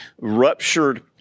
ruptured